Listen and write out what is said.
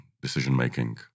decision-making